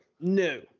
no